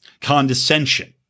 condescension